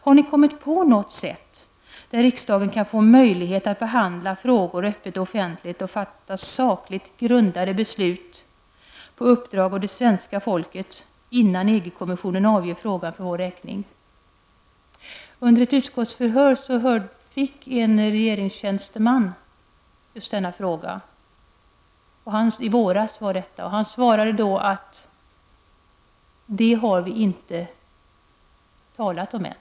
Har ni kommit på något sätt som innebär att riksdagen får möjlighet att behandla frågorna, öppet och offentlig, och att fatta sakligt grundade beslut på uppdrag av det svenska folket, innan EG-kommisionen avgör den saken för vår räkning? I samband med ett utskottförhör i våras fick en regeringstjänsteman just den frågan. Han svarade då: Det har vi inte talat om ännu.